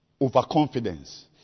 overconfidence